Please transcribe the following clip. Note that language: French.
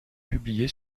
publiée